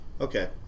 Okay